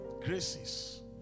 graces